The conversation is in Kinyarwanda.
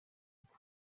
bwo